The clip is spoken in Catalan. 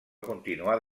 continuar